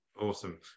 Awesome